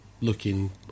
looking